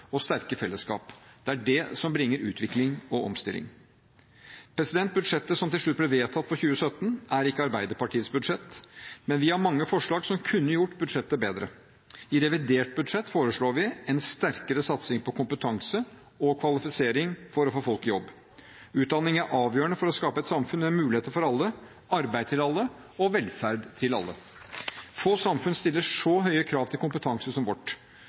og sterke fellesskap. Det er det som bringer utvikling og omstilling. Budsjettet som til slutt ble vedtatt for 2017, er ikke Arbeiderpartiets budsjett, men vi har mange forslag som kunne gjort budsjettet bedre. I revidert budsjett foreslår vi en sterkere satsing på kompetanse og kvalifisering for å få folk i jobb. Utdanning er avgjørende for å skape et samfunn med muligheter for alle, arbeid til alle og velferd til alle. Få samfunn stiller så høye krav til kompetanse som vårt.